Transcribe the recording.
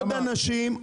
עוד אנשים,